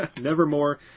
Nevermore